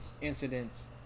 incidents